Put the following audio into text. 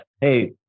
hey